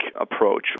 approach